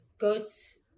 goat's